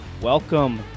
Welcome